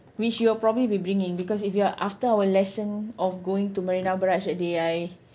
which you will probably be bringing because if you are after our lesson of going to Marina Barrage that day I